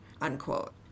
unquote